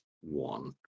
one